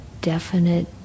definite